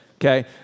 okay